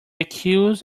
accused